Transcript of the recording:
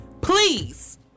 Please